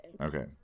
Okay